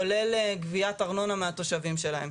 כולל גביית ארנונה מהתושבים שלהן.